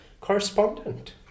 correspondent